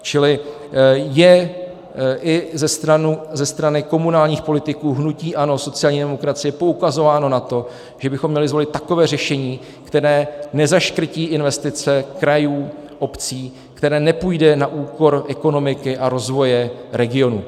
Čili je i ze strany komunálních politiků hnutí ANO a sociální demokracie poukazováno na to, že bychom měli zvolit takové řešení, které nezaškrtí investice krajů a obcí, které nepůjde na úkor ekonomiky a rozvoje regionů.